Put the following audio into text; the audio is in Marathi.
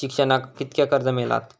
शिक्षणाक कीतक्या कर्ज मिलात?